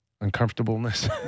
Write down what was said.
uncomfortableness